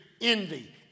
envy